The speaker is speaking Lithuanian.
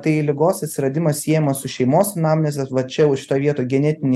tai ligos atsiradimas siejamas su šeimos anamneze va čia jau šitoj vietoj genetiniai